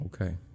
Okay